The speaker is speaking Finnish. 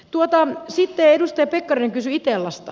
tuota sitä edustaa nykyisin itellasta